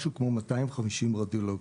משהו כמו 250 רדיולוגים,